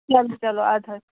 چلو چلو اَدٕ حظ